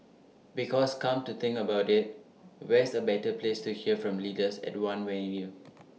because come to think about IT where's A better place to hear from leaders at one venue